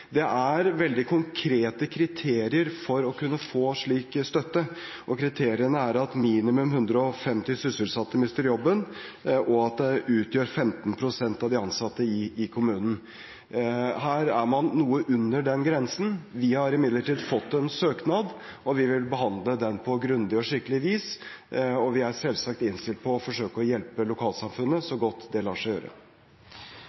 Det er veldig konkrete kriterier for å kunne få slik støtte, og de er at minimum 150 sysselsatte mister jobben, og at det utgjør 15 pst. av de ansatte i kommunen. Her er man noe under den grensen. Vi har imidlertid fått en søknad, og vi vil behandle den på grundig og skikkelig vis. Vi er selvsagt innstilt på å forsøke å hjelpe lokalsamfunnet så